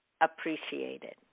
appreciated